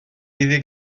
iddi